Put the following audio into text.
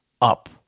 up